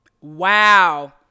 Wow